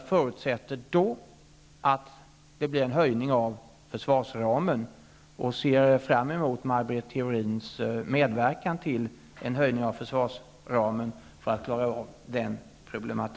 Jag förutsätter då att det blir en höjning av försvarsramen, och jag ser fram emot Maj Britt Theorins medverkan till en höjning av försvarsramen för att klara det problemet.